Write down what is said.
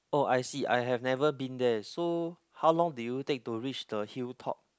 oh I see I have never been there so how long did you take to reach the hill top